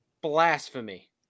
blasphemy